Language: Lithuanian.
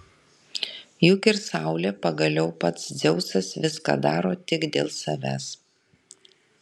juk ir saulė pagaliau pats dzeusas viską daro tik dėl savęs